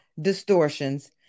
distortions